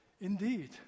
Indeed